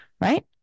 right